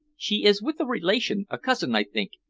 she is with a relation, a cousin, i think,